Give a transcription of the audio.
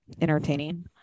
entertaining